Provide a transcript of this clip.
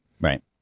Right